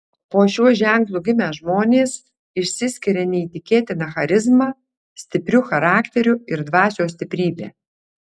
po šiuo ženklu gimę žmonės išsiskiria neįtikėtina charizma stipriu charakteriu ir dvasios stiprybe